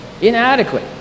inadequate